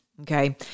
okay